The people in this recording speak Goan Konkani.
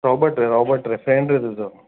रॉबर्ट रे रॉबट रे फ्रेंड रे तुजो